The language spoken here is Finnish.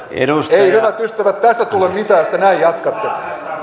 ei hyvät ystävät tästä tule mitään jos te näin jatkatte